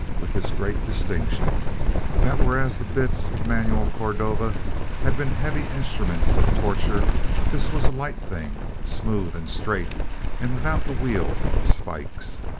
with this great distinction that whereas the bits of manuel cordova had been heavy instruments of torture this was a light thing, smooth and straight and without the wheel of spikes.